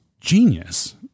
genius